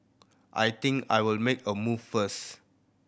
I think I will make a move first